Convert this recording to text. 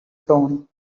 tone